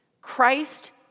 Christ